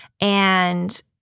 And-